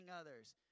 others